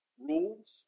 rules